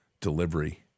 delivery